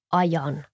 ajan